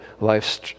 life's